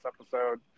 episode